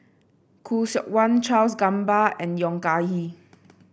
Khoo Seok Wan Charles Gamba and Yong Ah Kee